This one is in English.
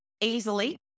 easily